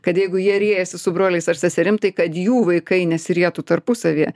kad jeigu jie riejasi su broliais ar seserim tai kad jų vaikai nesirietų tarpusavyje